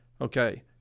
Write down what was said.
okay